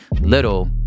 little